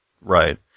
Right